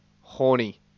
Horny